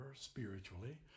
spiritually